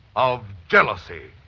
of jealousy